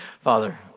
Father